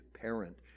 parent